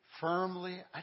firmly